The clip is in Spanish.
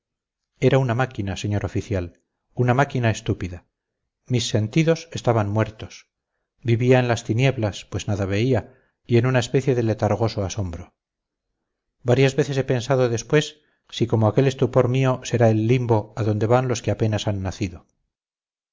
era una máquina señor oficial una máquina estúpida mis sentidos estaban muertos vivía en las tinieblas pues nada veía y en una especie de letargoso asombro varias veces he pensado después si como aquel estupor mío será el limbo a donde van los que apenas han nacido